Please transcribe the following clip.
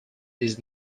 this